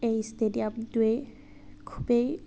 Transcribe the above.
এই ষ্টেডিয়ামটোৱেই খুবেই